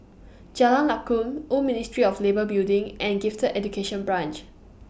Jalan Lakum Old Ministry of Labour Building and Gifted Education Branch